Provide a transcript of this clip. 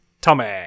tommy